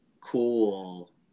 cool